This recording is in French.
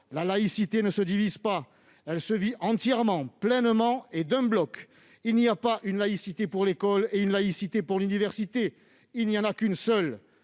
La laïcité ne se divise pas. Elle se vit entièrement, pleinement, d'un bloc. Il n'y a pas une laïcité pour l'école et une laïcité pour l'université. Il n'y en a qu'une seule